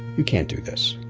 you can't do this,